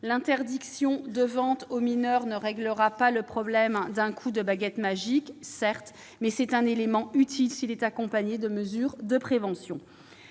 L'interdiction de vente aux mineurs ne réglera pas le problème d'un coup de baguette magique, mais elle sera utile si elle est accompagnée de mesures de prévention.